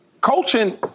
coaching